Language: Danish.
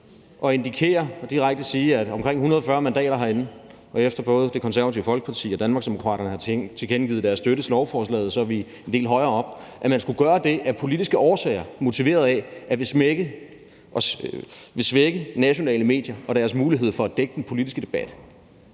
og indikere og direkte sige, at omkring 140 mandater herinde – og efter at både Det Konservative Folkeparti og Danmarksdemokraterne har tilkendegivet deres støtte til lovforslaget, er vi en del højere oppe – skulle gøre det her af politiske årsager motiveret af at ville svække nationale medier og deres mulighed for at dække den politiske debat,